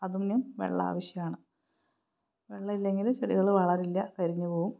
അതിനും വെള്ളം ആവശ്യമാണ് വെള്ളമില്ലെങ്കില് ചെടികള് വളറില്ല കരിഞ്ഞുപോകും